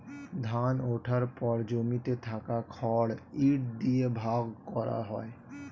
ধান ওঠার পর জমিতে থাকা খড় ইট দিয়ে ভাগ করা হয়